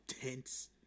tense